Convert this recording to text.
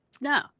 No